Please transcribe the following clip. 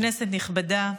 כנסת נכבדה,